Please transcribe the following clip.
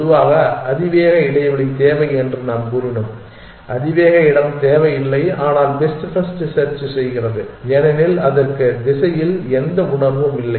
பொதுவாக அதிவேக இடைவெளி தேவை என்று நாம் கூறினோம் அதிவேக இடம் தேவையில்லை ஆனால் பெஸ்ட் ஃபர்ஸ்ட் செர்ச் செய்கிறது ஏனெனில் அதற்கு திசையில் எந்த உணர்வும் இல்லை